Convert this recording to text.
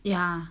ya